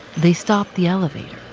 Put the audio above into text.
they stopped the elevators.